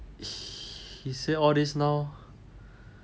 she say all these now